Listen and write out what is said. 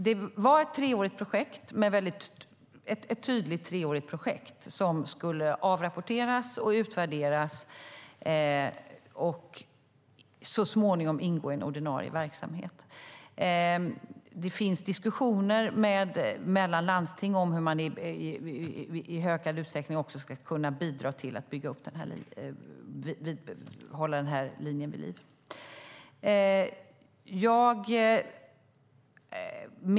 Det var ett tydligt treårigt projekt som skulle avrapporteras och utvärderas och så småningom ingå i en ordinarie verksamhet. Det finns diskussioner mellan landsting om hur man i ökad utsträckning ska kunna bidra till att hålla den här linjen vid liv.